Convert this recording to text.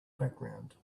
background